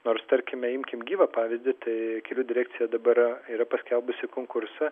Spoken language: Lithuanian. nors tarkime imkim gyvą pavyzdį tai kelių direkcija dabar yra paskelbusi konkursą